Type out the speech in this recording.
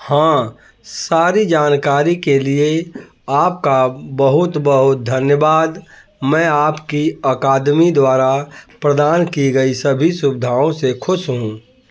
हाँ सारी जानकारी के लिए आपका बहुत बहुत धन्यवाद मैं आपकी अकादमी द्वारा प्रदान की गई सभी सुविधाओं से ख़ुश हूँ